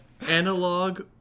analog